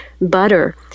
butter